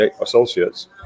associates